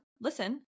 listen